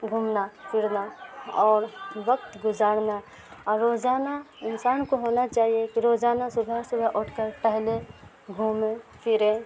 گھومنا پھرنا اور وقت گزارنا اور روزانہ انسان کو ہونا چاہیے کہ روزانہ صبح صبح اٹھ کر ٹہلے گھومے پھرے